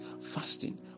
Fasting